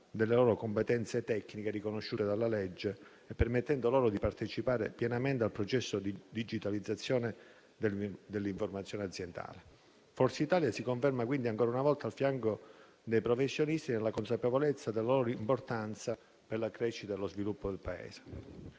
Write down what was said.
delle loro competenze tecniche, riconosciute dalla legge, e permettendo loro di partecipare pienamente al processo di digitalizzazione dell'informazione aziendale. Forza Italia si conferma quindi ancora una volta al fianco dei professionisti, nella consapevolezza della loro importanza per la crescita e lo sviluppo del Paese.